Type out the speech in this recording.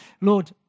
Lord